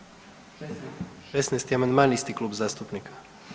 16. amandman isti klub zastupnika.